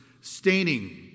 staining